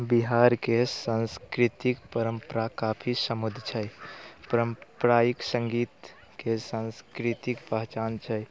बिहारके सांस्कृतिक परम्परा काफी समृद्ध छै परम्परिक सङ्गीतके सांस्कृतिक पहिचान छै